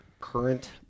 current